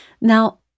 Now